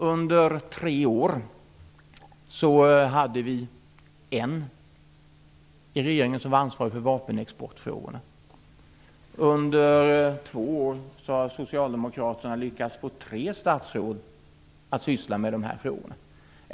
Under tre år hade vi en i regeringen som var ansvarig för vapenexportfrågorna. Under två år har socialdemokraterna lyckats få tre statsråd att syssla med frågorna.